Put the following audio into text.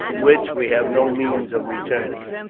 which we have no means of returning.